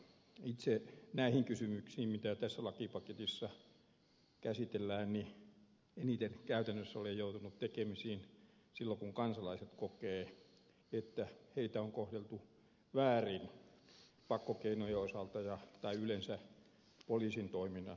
itse näiden kysymysten kanssa mitä tässä lakipaketissa käsitellään eniten käytännössä olen joutunut tekemisiin silloin kun kansalaiset kokevat että heitä on kohdeltu väärin pakkokeinojen osalta tai yleensä poliisin toiminnan osalta